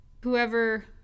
whoever